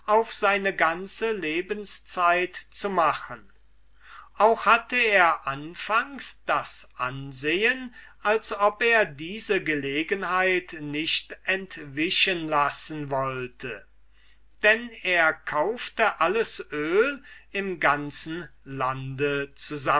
auf seine ganze lebenszeit zu machen auch hatte es anfangs das ansehen als ob demokritus diese gelegenheit nicht entwischen lassen wollte denn er kaufte alles öl im ganzen lande